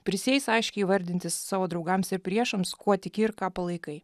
prisieis aiškiai įvardinti savo draugams ir priešams kuo tiki ir ką palaikai